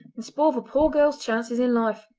and spoil the poor girls' chances in life.